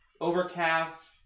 overcast